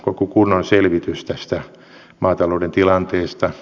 joku kunnon selvitys tästä maatalouden tilanteesta